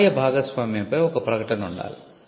ఆదాయ భాగస్వామ్యంపై ఒక ప్రకటన ఉండాలి